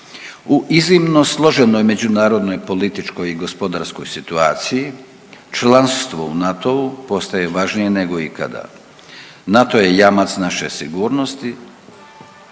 U iznimno složenoj međunarodnoj političkoj i gospodarskoj situaciji članstvo u NATO-u postaje važnije nego ikada. NATO je jamac naše sigurnosti